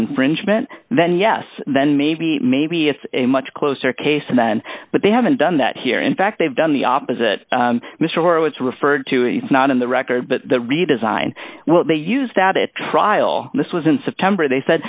infringement then yes then maybe maybe it's a much closer case then but they haven't done that here in fact they've done the opposite mr horowitz referred to it's not in the record but the redesign will they use data trial this was in september they said